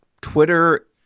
Twitter